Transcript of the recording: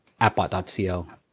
AppBot.co